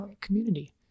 community